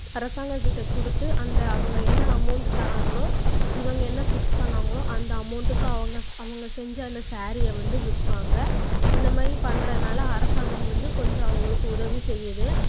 அரசாங்கம்கிட்ட கொடுத்து அந்த அவங்க என்ன அமௌண்ட்டு தராங்களோ இவங்க என்ன ஃபிக்ஸ் பண்ணாங்களோ அந்த அமௌண்ட்டுக்கு அவங்க அவங்க செஞ்ச அந்த சாரிய வந்து விற்பாங்க இந்த மாதிரி பண்ணுறதுனால அரசாங்கம் வந்து கொஞ்சம் அவங்களுக்கு உதவி செய்யுது